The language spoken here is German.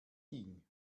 ging